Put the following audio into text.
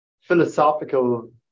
philosophical